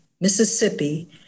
Mississippi